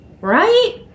right